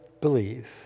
believe